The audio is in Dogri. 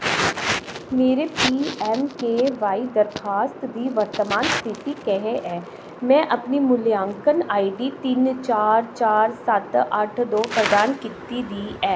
मेरे P M K V Y दरखास्त दी वर्तमान स्थिति केह् ऐ मैं अपनी मूल्यांकन आईडी तिन चार चार सत्त अट्ठ दो प्रदान कीती दी ऐ